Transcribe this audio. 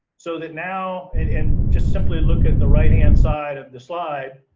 so that now, and just simply look at the right-hand side of the slide,